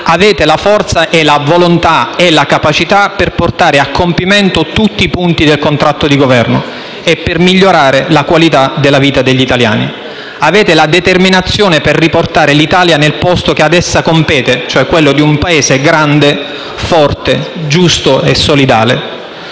avete la forza, la volontà e la capacità per portare a compimento tutti i punti del contratto di Governo e per migliorare la qualità della vita degli italiani. Avete la determinazione per riportare l'Italia nel posto che ad essa compete, e cioè quello di un Paese grande, forte, giusto e solidale.